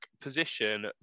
position